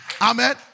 Amen